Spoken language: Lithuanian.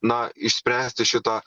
na išspręsti šitą